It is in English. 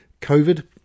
COVID